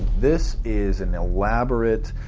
this is an elaborate,